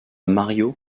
mario